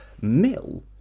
Mill